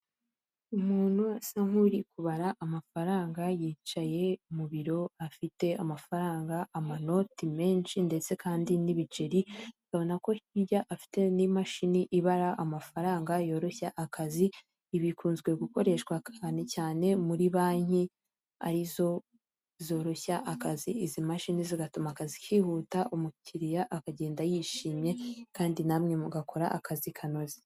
Umuntu asa nk'uri kubara amafaranga yicaye mu biro afite amafaranga amanoti menshi ndetse kandi n'ibiceri, ukabona ko hirya afite n'imashini ibara amafaranga yoroshya akazi, ibi bikunzwe gukoreshwa cyane cyane muri banki arizo zoroshya akazi, izi mashini zigatuma akazi kihuta umukiriya akagenda yishimye kandi namwe mugakora akazi kanoze.